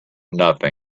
nothing